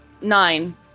Nine